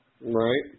Right